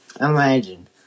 Imagine